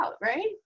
right